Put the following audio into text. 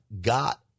got